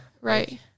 right